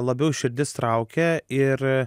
labiau širdis traukia ir